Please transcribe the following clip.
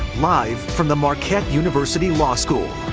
live from the marquette university law school.